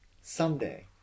Someday